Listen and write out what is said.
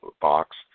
box